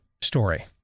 story